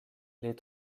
les